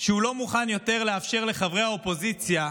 שהוא לא מוכן יותר לאפשר לחברי האופוזיציה